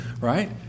right